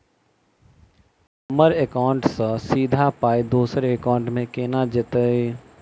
हम्मर एकाउन्ट सँ सीधा पाई दोसर एकाउंट मे केना जेतय?